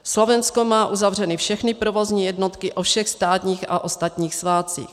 Slovensko má uzavřeny všechny provozní jednotky o všech státních a ostatních svátcích.